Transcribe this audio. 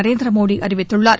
நரேந்திரமோடி அறிவித்துள்ளார்